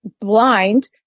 blind